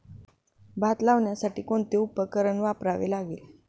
भात लावण्यासाठी कोणते उपकरण वापरावे लागेल?